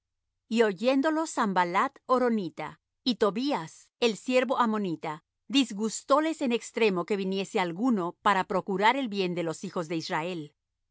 y oyéndolo sanballat horonita y tobías el siervo ammonita disgustóles en extremo que viniese alguno para procurar el bien de los hijos de israel